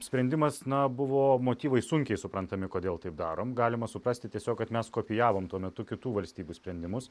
sprendimas na buvo motyvai sunkiai suprantami kodėl taip darom galima suprasti tiesiog kad mes kopijavom tuo metu kitų valstybių sprendimus